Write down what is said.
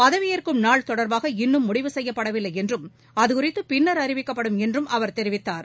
பதவியேற்கும் நாள் தொடர்பாக இன்னும் முடிவு செய்யப்படவில்லை என்றும் அதுகுறித்து பின்னர் அறிவிக்கப்படும் என்றும் அவர் தெரிவித்தார்